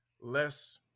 less